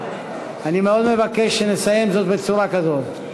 ואני מאוד מבקש שנסיים בצורה כזאת.